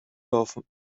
laufen